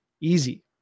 easy